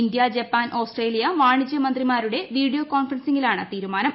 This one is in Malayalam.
ഇന്ത്യ ജപ്പാൻ ഔസ്ട്രേലിയ വാണിജ്യ മന്ത്രിമാരുടെ വീഡിയോ കോൺഫറൻസിലാണ് തീരുമാനം